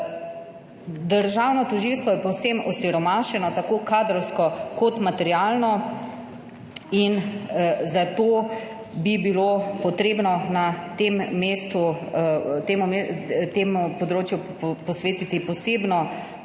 Državno tožilstvo je povsem osiromašeno, tako kadrovsko kot materialno, in zato bi bilo potrebno na tem mestu temu področju posvetiti posebno